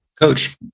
Coach